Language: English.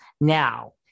Now